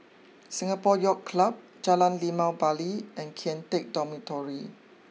Singapore Yacht Club Jalan Limau Bali and Kian Teck Dormitory